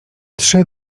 trzy